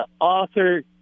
author